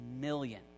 million